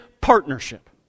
partnership